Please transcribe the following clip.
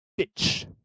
bitch